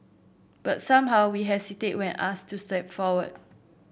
but somehow we hesitate when asked to step forward